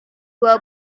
dua